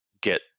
get